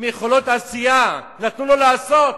עם יכולות עשייה, נתנו לו לעשות.